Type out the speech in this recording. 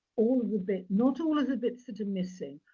all of the bits not all of the bits that are missing,